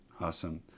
Awesome